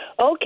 Okay